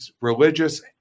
religious